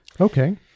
okay